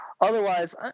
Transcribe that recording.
otherwise